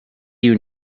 you